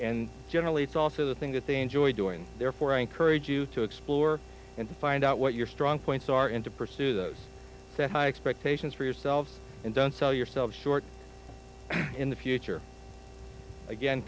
and generally it's also the thing that they enjoy doing therefore i encourage you to explore and find out what your strong points are in to pursue those high expectations for yourselves and don't sell yourself short in the future again